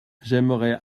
j’aimerais